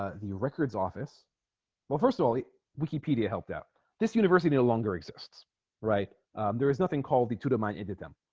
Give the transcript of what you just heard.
ah the records office well first of all he wikipedia helped out this university no longer exists right there is nothing called the tuda mine aided them